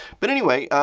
but, anyway,